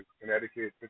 Connecticut